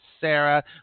Sarah